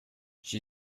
she